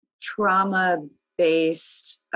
trauma-based